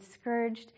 scourged